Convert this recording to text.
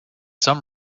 some